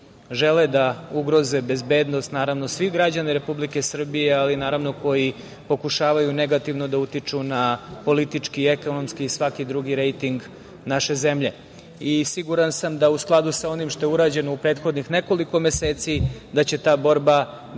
žele da ugroze bezbednost svih građana Republike Srbije, ali naravno koji pokušavaju negativno da utiču na politički i ekonomski i svaki drugi rejting naše zemlje. Siguran sam da u skladu sa onim što je urađeno u prethodnih nekoliko meseci, da će ta borba